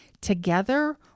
together